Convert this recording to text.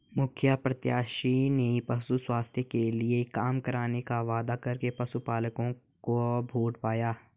मुखिया प्रत्याशी ने पशु स्वास्थ्य के लिए काम करने का वादा करके पशुपलकों का वोट पाया